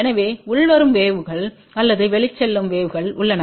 எனவே உள்வரும் வேவ்கள் அல்லது வெளிச்செல்லும் வேவ்கள் உள்ளன